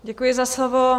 Děkuji za slovo.